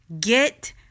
Get